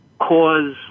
cause